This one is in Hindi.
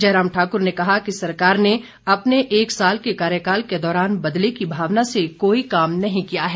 जयराम ठाक्र ने कहा कि सरकार ने अपने एक साल के कार्यकाल के दौरान बदले की भावना से कोई काम नहीं किया है